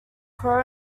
crow